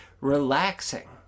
relaxing